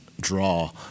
draw